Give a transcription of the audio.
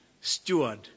steward